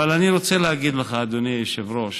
אבל, אני רוצה להגיד לך, אדוני היושב-ראש: